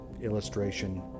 Illustration